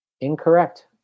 Incorrect